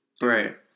Right